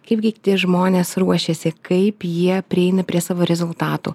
kaip gi tie žmonės ruošiasi kaip jie prieina prie savo rezultatų